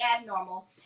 abnormal